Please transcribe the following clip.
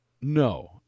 no